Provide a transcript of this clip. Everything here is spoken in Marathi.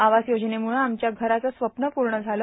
आवास योजनेमुळे आमच्या घराचं स्वप्न पूण झालं